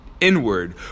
inward